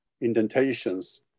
indentations